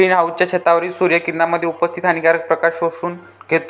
green हाउसच्या छतावरील सूर्य किरणांमध्ये उपस्थित हानिकारक प्रकाश शोषून घेतो